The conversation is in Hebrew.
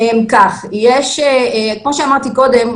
כמו שאמרתי קודם,